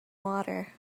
water